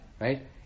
right